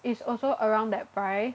it's also around that price